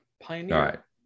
Pioneer